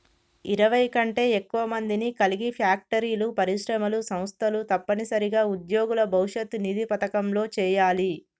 ఇరవై కంటే ఎక్కువ మందిని కలిగి ఫ్యాక్టరీలు పరిశ్రమలు సంస్థలు తప్పనిసరిగా ఉద్యోగుల భవిష్యత్ నిధి పథకంలో చేయాలి